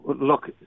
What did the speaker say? Look